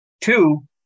Two